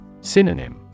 Synonym